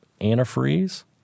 antifreeze